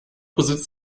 besitzt